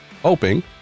hoping